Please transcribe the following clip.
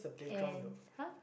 and !huh!